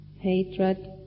Hatred